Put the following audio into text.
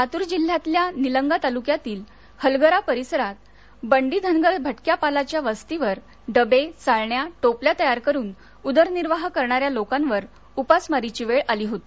लातूर जिल्ह्यातल्य निलंगा तालुक्यातील हलगरा परिसरातडी बंडीधनगर भटक्या पालाच्या वस्तीवर डबे चाळण्या टोपल्या तयार करून उदरनिर्वाह करणाऱ्या लोकावर उपासमारीची वेळ आली होती